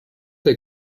they